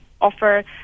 offer